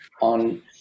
on